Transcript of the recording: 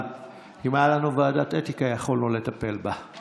אבל אם הייתה לנו ועדת אתיקה יכולנו לטפל בה.